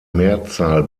mehrzahl